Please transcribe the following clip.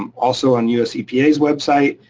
um also on us epa's website,